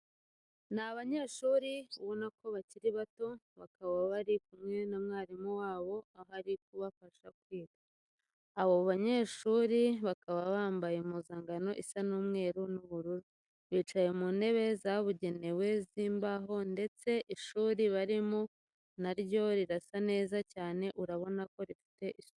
Ni abanyeshuri ubona ko bakiri bato, bakaba bari kumwe n'umwarimu wabo aho ari kubafasha kwiga. Abo banyeshuri bakaba bambaye impuzankano isa umweru n'ubururu. Bicaye mu ntebe zabugenewe z'imbaho ndetse ishuri barimo na ryo rirasa neza cyane urabona ko rifite isuku.